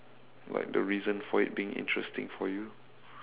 like the reason for it being interesting for you